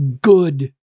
good